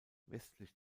westlich